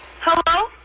Hello